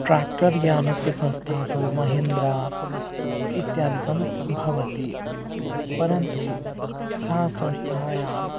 tractor यानस्य संस्था तु महेन्द्रा इत्यादिकं भवति परन्तु सा संस्थायाम्